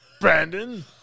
Brandon